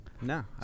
No